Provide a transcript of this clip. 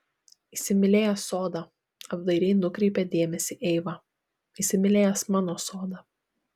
įsimylėjęs sodą apdairiai nukreipė dėmesį eiva įsimylėjęs mano sodą